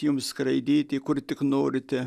jums skraidyti kur tik norite